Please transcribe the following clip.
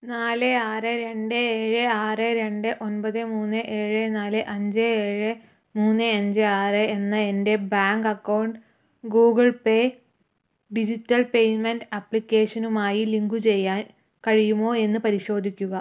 നാല് ആറ് രണ്ട് ഏഴ് ആറ് രണ്ട് ഒൻപത് മൂന്ന് ഏഴ് നാല് അഞ്ച് ഏഴ് മൂന്ന് അഞ്ച് ആറ് എന്ന എൻ്റെ bank account Google Pay digital payment ആപ്ലിക്കേഷനുമായി ലിങ്കു ചെയ്യാൻ കഴിയുമോ എന്ന് പരിശോധിക്കുക